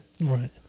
Right